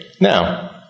Now